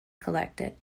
collected